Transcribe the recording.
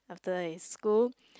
after his school